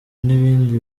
n’ibindi